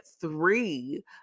three